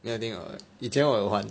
没有听过以前我有玩